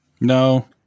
No